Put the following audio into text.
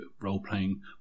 role-playing